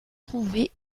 trouvé